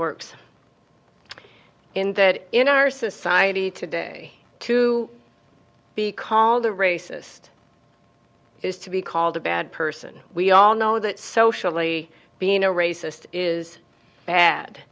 works in that in our society today to be called the racist is to be called a bad person we all know that socially being a racist is bad